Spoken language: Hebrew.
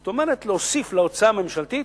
זאת אומרת, להוסיף להוצאה הממשלתית